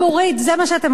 זה מה שאתם עושים.